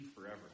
forever